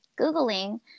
googling